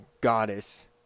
goddess